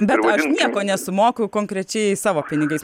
bet aš nieko nesumoku konkrečiai savo pinigais